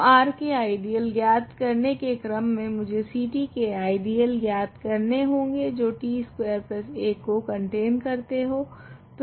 तो R के ideal ज्ञात करने के क्रम मे मुझे Ct के आइडियल ज्ञात करने होगे जो t स्कवेर 1 को कंटेन करते हो